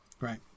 right